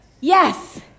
Yes